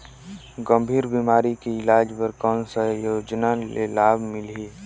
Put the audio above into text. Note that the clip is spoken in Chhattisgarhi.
गंभीर बीमारी के इलाज बर कौन सा योजना ले लाभ मिलही?